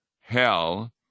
hell